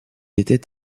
était